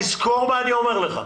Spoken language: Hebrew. תזכור מה שאני אומר לך.